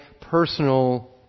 personal